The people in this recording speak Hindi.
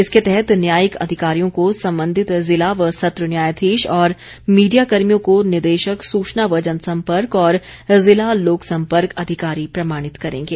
इसके तहत न्यायिक अधिकारियों को संबंधित जिला व सत्र न्यायाधीश और मीडिया कर्मियों को निदेशक सूचना व जनसंपर्क और जिला लोकसंपर्क अधिकारी प्रमाणित करेंगे